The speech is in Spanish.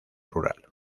rural